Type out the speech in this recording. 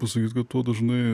pasakyt kad tuo dažnai